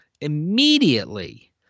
immediately